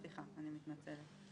סליחה, אני מתנצלת.